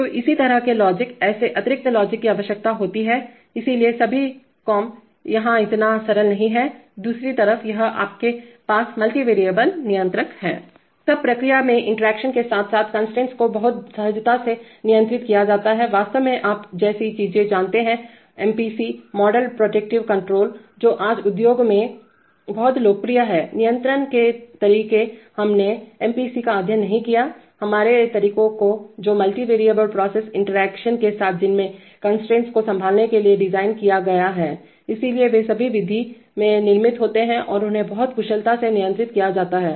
तो इस तरह के लॉजिकऐसे अतिरिक्त लॉजिक की आवश्यकता होती है इसलिए सभी compयह इतना सरल नहीं है दूसरी तरफ यदि आपके पास मल्टी वैरिएबल नियंत्रक हैं तब प्रक्रिया में इंटरेक्शन के साथ साथ कंस्ट्रेंट्स को बहुत सहजता से नियंत्रित किया जाता हैवास्तव में आप जैसी चीजें जानते हैं एमपीसीमॉडल प्रेडिक्टिव कण्ट्रोल जो आज उद्योग में बहुत लोकप्रिय हैंनियंत्रण के तरीके हमने एमपीसी का अध्ययन नहीं किया हैहमारे तरीकों को जो मल्टी वैरिएबल प्रोसेस इंटरेक्शन के साथ जिनमे कंस्ट्रेंट्स को संभालने के लिए डिज़ाइन किया गया हैइसलिए वे सभी विधि में निर्मित होते हैं और उन्हें बहुत कुशलता से नियंत्रित किया जाता है